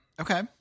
okay